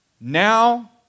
Now